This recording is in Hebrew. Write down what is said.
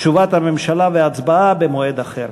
תשובת הממשלה והצבעה במועד אחר.